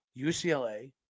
UCLA